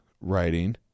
writing